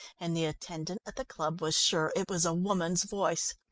and the attendant at the club was sure it was a woman's voice.